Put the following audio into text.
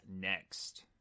Next